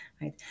right